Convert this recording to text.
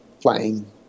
playing